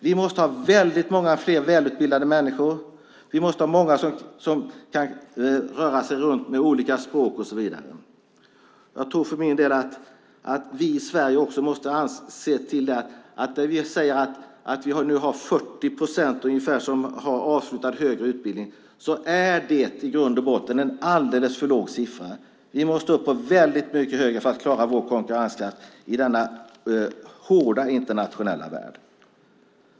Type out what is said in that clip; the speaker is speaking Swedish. Vi måste ha väldigt många fler välutbildade människor. Vi måste ha många som kan röra sig fritt med olika språk och så vidare. Vi säger i Sverige att vi nu har ungefär 40 procent som har avslutat högre utbildning. Det är i grund och botten en alldeles för låg siffra. Jag tror för min del att vi måste upp väldigt mycket högre för att klara vår konkurrenskraft i denna hårda internationella värld.